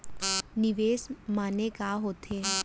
निवेश माने का होथे?